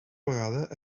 vegada